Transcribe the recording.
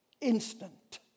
instant